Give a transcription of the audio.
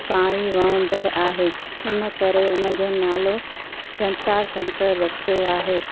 पाणी वहंदड़ु आहे हिनकरे हुनजो नालो जटाशंकर रखियो आहे